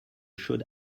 should